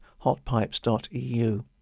hotpipes.eu